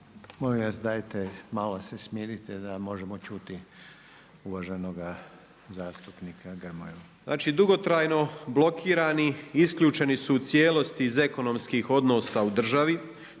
Molim vas dajte malo se smirite da možemo čuti uvaženog zastupnika Grmoju. **Grmoja, Nikola (MOST)** Znači dugotrajno blokirani isključeni su u cijelosti iz ekonomskih odnosa u državi,